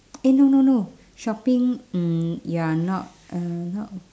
eh no no no shopping mm ya not um not